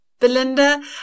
Belinda